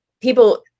people